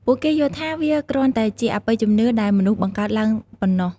ពួកគេយល់ថាវាគ្រាន់តែជាអបិយជំនឿដែលមនុស្សបង្កើតឡើងប៉ុណ្ណោះ។